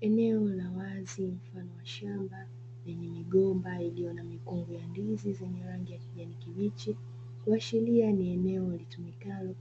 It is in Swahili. Eneo la wazi mfano wa shamba lenye migomba iliyo na mikungu ya ndizi, zenye rangi ya kijani kibichi, kuashiria ni eneo litumikalo